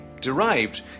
derived